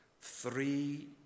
three